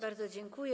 Bardzo dziękuję.